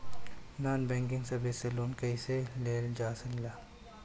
Non banking service से loan कैसे लेल जा ले?